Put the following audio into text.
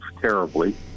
terribly